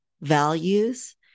values